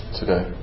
today